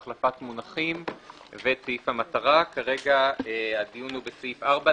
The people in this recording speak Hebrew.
אנחנו נציגי פורום ארגוני הסיגרים.